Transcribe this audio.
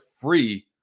free